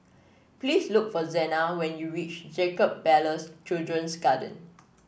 please look for Sena when you reach Jacob Ballas Children's Garden